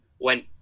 went